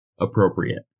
appropriate